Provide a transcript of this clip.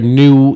new